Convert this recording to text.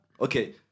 Okay